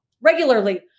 regularly